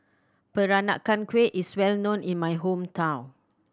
Peranakan Kueh is well known in my hometown